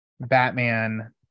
Batman